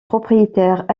propriétaires